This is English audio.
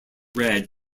red